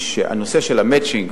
והנושא של ה"מצ'ינג",